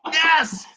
yes,